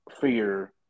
fear